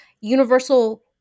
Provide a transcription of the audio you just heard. universal